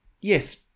yes